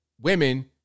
women